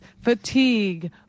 fatigue